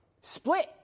split